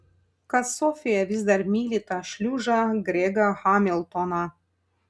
kad sofija vis dar myli tą šliužą gregą hamiltoną